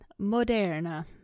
moderna